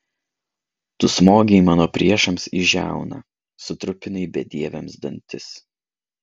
tu smogei mano priešams į žiauną sutrupinai bedieviams dantis